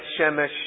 Shemesh